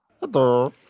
Hello